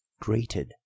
greeted